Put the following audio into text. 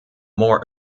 more